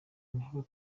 niho